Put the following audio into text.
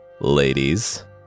Ladies